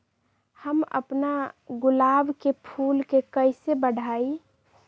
हम अपना गुलाब के फूल के कईसे बढ़ाई?